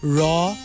raw